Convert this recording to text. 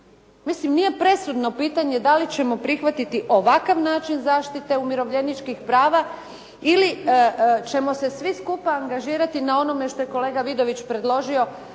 Mislim, nije presudno pitanje da li ćemo prihvatiti ovakav način zaštite umirovljeničkih prava, ili ćemo se svi skupa angažirati na onome što je kolega Vidović predložio,